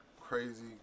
crazy